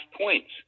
points